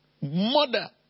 murder